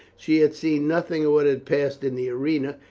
she had seen nothing of what had passed in the arena,